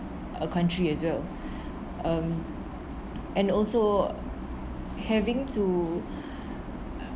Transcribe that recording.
our country as well um and also having to